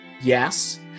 Yes